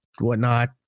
whatnot